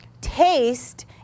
taste